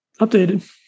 updated